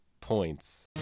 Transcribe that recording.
points